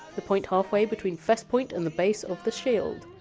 the point halfway between fess point and the base of the shield.